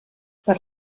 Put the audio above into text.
per